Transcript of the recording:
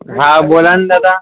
हा बोला ना दादा